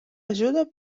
ajuda